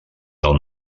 del